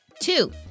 Two